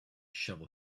shovel